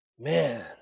man